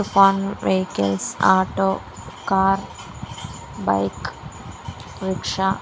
Toofan vehicles auto car bike rickshaw